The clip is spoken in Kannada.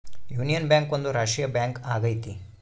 ಯೂನಿಯನ್ ಬ್ಯಾಂಕ್ ಒಂದು ರಾಷ್ಟ್ರೀಯ ಬ್ಯಾಂಕ್ ಆಗೈತಿ